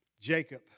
Jacob